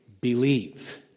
believe